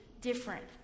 different